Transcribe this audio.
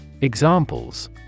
Examples